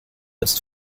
ist